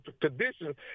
conditions